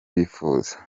bifuza